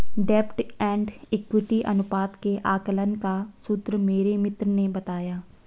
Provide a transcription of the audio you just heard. डेब्ट and equity अनुपात के आकलन का सूत्र मेरे मित्र ने बताया